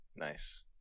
nice